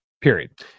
Period